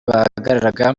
bahagarara